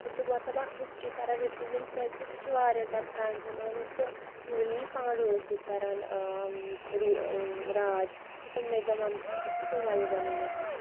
سُہ چھِ مطلب اَکھ ہِسٹِرٛی کَران رِپِرٛزینٛٹ کیٛازِکہِ سُہ چھِ واریاہ زیادٕ پرٛانہِ زمانُک تہٕ یِمَن ییٚلہِ پانڈَو ٲسۍ ییٚتہِ کَران روٗ راج تہٕ تٕمنٕے زمانَس منٛز چھُکھ تِموَیو بَنوومُت